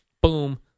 boom